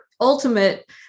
ultimate